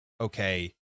okay